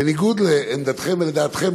בניגוד לעמדתכם ולדעתכם,